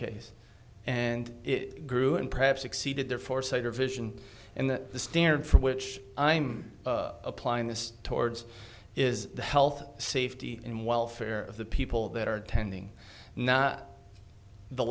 case and it grew and perhaps exceeded their foresight or vision and that the standard for which i'm applying this towards is the health safety and welfare of the people that are tending not the